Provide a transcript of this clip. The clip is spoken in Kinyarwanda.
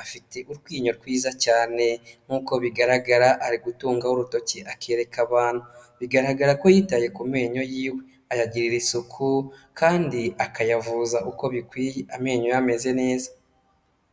afite utwinyo twiza cyane nk'uko bigaragara ari gutungaho urutoki akereka abantu, bigaragara ko yitaye ku menyo yiwe, ayagirira isuku kandi akayavuza uko bikwiye, amenyo ye ameze neza.